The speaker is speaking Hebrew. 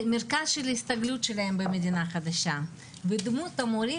זה מרכז ההסתגלות שלהם במדינה החדשה ודמות המורים